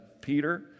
Peter